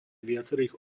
viacerých